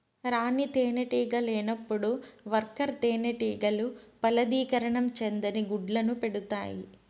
రాణి తేనెటీగ లేనప్పుడు వర్కర్ తేనెటీగలు ఫలదీకరణం చెందని గుడ్లను పెడుతాయి